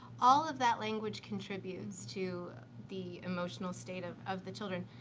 all of that language contributes to the emotional state of of the children.